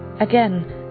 Again